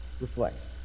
reflects